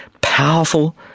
powerful